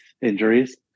injuries